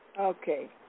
Okay